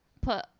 put